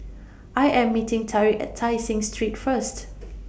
I Am meeting Tariq At Tai Seng Street First